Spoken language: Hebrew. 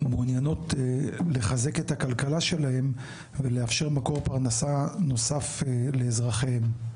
מעוניינות לחזק את הכלכלה שלהן ולאפשר מקום פרנסה נוסף לאזרחיהם.